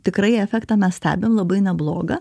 tikrai efektą mes stebim labai neblogą